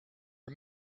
are